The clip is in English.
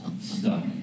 stuck